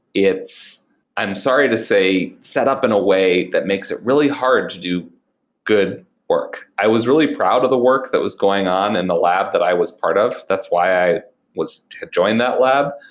it's, i am sorry to say, set up in a way that makes it really hard to do good work. i was really proud of the work that was going on in the lab that i was part of. that's why i had joined that lab.